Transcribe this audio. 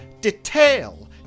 detail